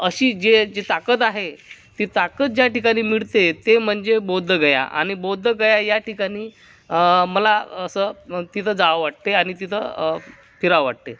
अशी जी एक जी ताकद आहे ती ताकद ज्या ठिकाणी मिळते ते म्हणजे बौद्धगया आणि बौद्धगया या ठिकाणी मला असं दोन तीनदा जावं वाटतंय आणि तिथं फिरावं वाटतंय